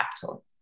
capital